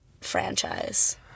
franchise